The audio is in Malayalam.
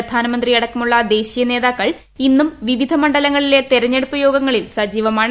പ്രധാനമന്ത്രി അടക്കമുള്ള ദേശീയനേതാക്കൾ ഇന്നും വിവിധ മണ്ഡലങ്ങളിലെ തെരഞ്ഞെടുപ്പ് യോഗങ്ങളിൽ സജീവമാണ്